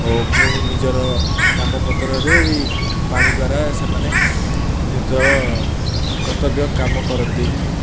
ଓ ପୁଣି ନିଜର କାମପତ୍ରରେ ବି ପାଣି ଦ୍ୱାରା ସେମାନେ ନିଜର କର୍ତ୍ତବ୍ୟ କାମ କରନ୍ତି